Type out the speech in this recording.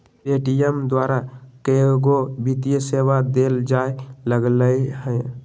Paytm द्वारा कएगो वित्तीय सेवा देल जाय लगलई ह